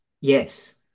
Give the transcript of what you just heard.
Yes